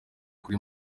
kuri